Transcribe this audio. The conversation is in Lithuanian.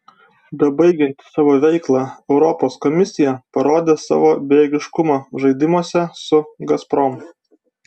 bebaigianti savo veiklą europos komisija parodė savo bejėgiškumą žaidimuose su gazprom